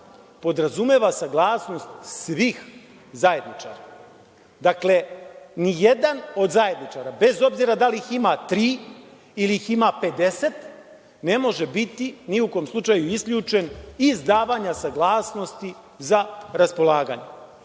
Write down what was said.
podrazumeva saglasnost svih zajedničara. Dakle, nijedan od zajedničara, bez obzira da li ima tri ili ih ima 50, ne može biti ni u kom slučaju isključen iz davanja saglasnosti za raspolaganje.